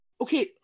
okay